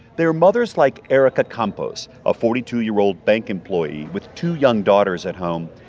they're mothers like erica campos, a forty two year old bank employee with two young daughters at home.